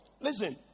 Listen